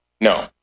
No